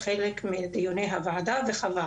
יש הרבה נושאים כלכליים לדיון.